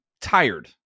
tired